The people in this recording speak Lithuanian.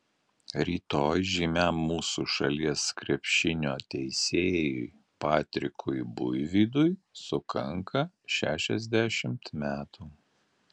rytoj žymiam mūsų šalies krepšinio teisėjui patrikui buivydui sukanka šešiasdešimt metų